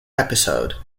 episode